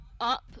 up